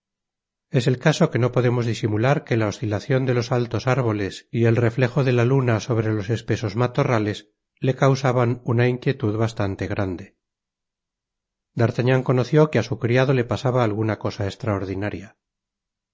es el caso que no podemos disimular que la oscilacion de los alto's árboles y el reflejo de la luna sobre los espesos matorrales le causaban una inquietud bastante grande d'artagnan conoció que á su criado le pasaba alguna cosa estraordinaria